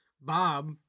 Bob